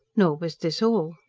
nor was this all.